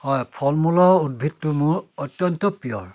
হয় ফল মূল আৰু উদ্ভিদটো মোৰ অত্যন্ত প্ৰিয়